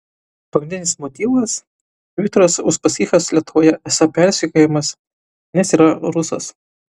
pagrindinis motyvas viktoras uspaskichas lietuvoje esą persekiojamas nes yra rusas